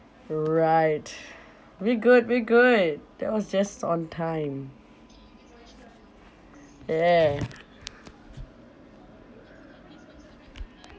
right we good we good that was just on time yeah